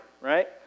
right